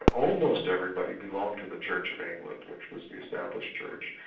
almost everybody belonged to the church of england which was the established church.